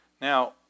Now